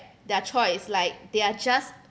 their choice like they are just